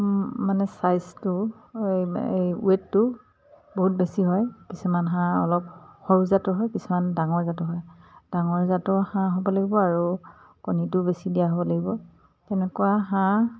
মানে চাইজটো এই ৱেটটো বহুত বেছি হয় কিছুমান হাঁহ অলপ সৰু জাতৰ হয় কিছুমান ডাঙৰ জাতৰ হয় ডাঙৰ জাতৰ হাঁহ হ'ব লাগিব আৰু কণীটো বেছি দিয়া হ'ব লাগিব তেনেকুৱা হাঁহ